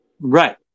Right